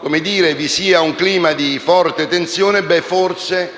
Assemblea vi sia un clima di forte tensione, forse